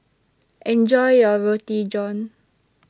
Enjoy your Roti John